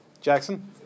Jackson